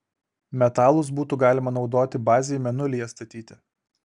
metalus būtų galima naudoti bazei mėnulyje statyti